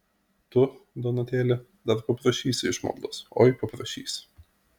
tu donatėli dar paprašysi išmaldos oi paprašysi